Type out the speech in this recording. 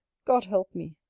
god help me!